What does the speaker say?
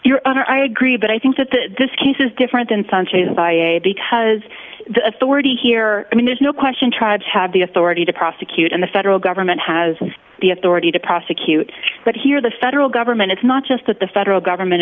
honor i agree but i think that this case is different than sunshine because the authority here i mean there's no question tribes have the authority to prosecute and the federal government has the authority to prosecute but here the federal government it's not just that the federal government